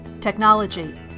technology